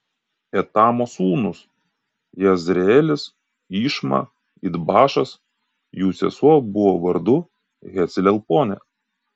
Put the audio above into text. etamo sūnūs jezreelis išma idbašas jų sesuo buvo vardu haclelponė